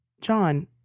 John